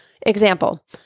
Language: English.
Example